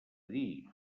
dir